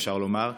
אפשר לומר,